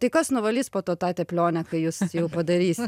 tai kas nuvalys po to tą teplionę kai jūs jau padarysi